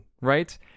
right